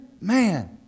man